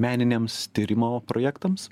meniniams tyrimo projektams